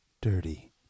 Dirty